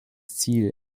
ziel